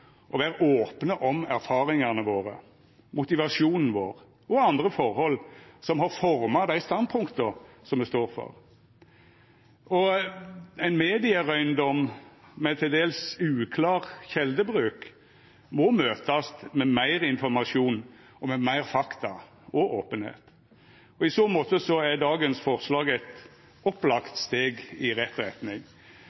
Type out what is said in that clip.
opne om erfaringane våre, motivasjonen vår og andre forhold som har forma dei standpunkta me står for, og ein medierøyndom med til dels uklar kjeldebruk må møtast med meir informasjon og med meir fakta og openheit. I så måte er dagens forslag eit